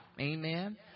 Amen